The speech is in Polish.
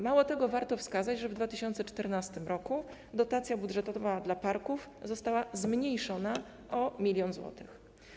Mało tego, warto wskazać, że w 2014 r. dotacja budżetowa dla parków została zmniejszona o 1 mln zł.